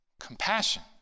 compassion